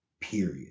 Period